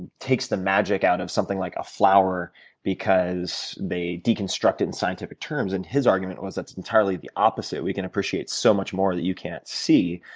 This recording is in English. and takes the magic out of something like a flower because they deconstruct it in scientific terms. and his argument was that it's entirely the opposite. we can appreciate so much more that you can't see,